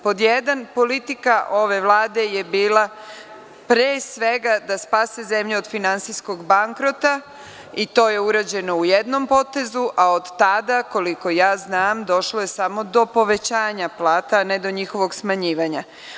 Pod jedan, politika ove Vlade je bila, pre svega, da spase zemlju od finansijskog bankrota i to je urađeno u jednom potezu, a od tada, koliko ja znam, došlo je samo do povećanja plata, a ne do njihovog smanjivanja.